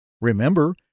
Remember